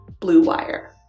BLUEWIRE